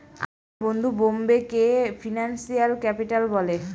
আমার বন্ধু বোম্বেকে ফিনান্সিয়াল ক্যাপিটাল বলে